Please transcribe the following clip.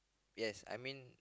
yes I mean